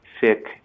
sick